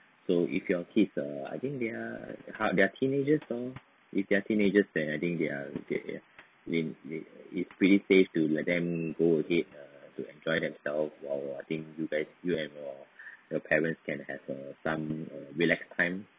so if your kids ah I think they're ha they're teenagers lor if they're teenagers then I think they are I mean it's it's pretty safe to let them go ahead uh to enjoy themselves while I think you guys you and your parents can have uh some relax time